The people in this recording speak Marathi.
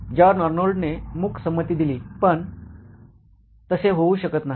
जॉन अर्नोल्ड ने मूक संमती दिली पण तसे होऊ शकत नाही